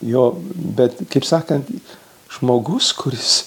jo bet kaip sakant žmogus kuris